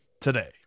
today